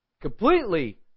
completely